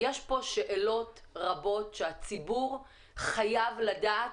יש פה שאלות רבות שהציבור חייב לדעת,